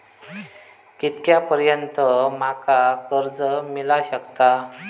कितक्या पर्यंत माका कर्ज मिला शकता?